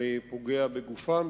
פוגע בגופם,